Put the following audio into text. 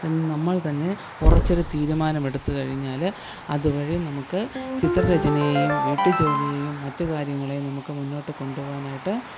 എന്ന് നമ്മൾ തന്നെ ഉറച്ച ഒരു തീരുമാനം എടുത്തു കഴിഞ്ഞാൽ അതുവഴി നമുക്ക് ചിത്രരചനയേയും വീട്ടു ജോലിയേയും മറ്റ് കാര്യങ്ങളെയും നമുക്ക് മുന്നോട്ട് കൊണ്ടു പോകാനായിട്ട്